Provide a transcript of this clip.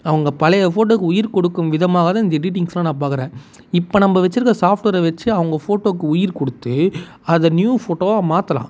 அவங்க பழைய போட்டோக்கு உயிர் கொடுக்கும் விதமாக தான் இந்த எடிட்டிங்ஸைலாம் நான் பாக்கிறேன் இப்போ நம்ம வைச்சிருக்கற சாஃப்ட்வேரை வைச்சி அவங்க போட்டோக்கு உயிர் கொடுத்து அதை நியூ போட்டோவா மாற்றலாம்